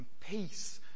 peace